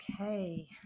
Okay